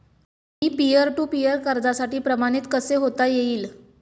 Me peer to peer कर्जासाठी प्रमाणित कसे होता येईल?